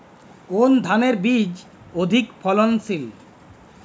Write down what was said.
কোন ধানের বীজ অধিক ফলনশীল?